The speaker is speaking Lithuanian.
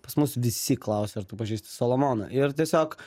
pas mus visi klausia ar tu pažįsti solomoną ir tiesiog